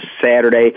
Saturday